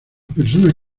personas